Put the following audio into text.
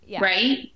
right